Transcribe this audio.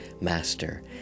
Master